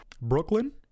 Brooklyn